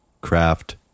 craft